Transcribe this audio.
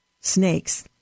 snakes